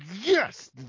yes